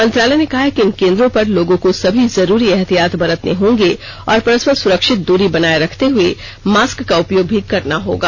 मंत्रालय ने कहा है कि इन केंद्रों पर लोगों को सभी जरूरी एहतियात बरतने होंगे और परस्पर सुरक्षित दूरी बनाए रखते हुए मास्क का उपयोग भी करना होगा